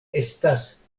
estas